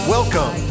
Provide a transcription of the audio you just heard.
Welcome